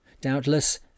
Doubtless